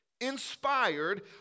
inspired